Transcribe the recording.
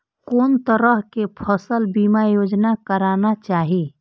कोन तरह के फसल बीमा योजना कराना चाही?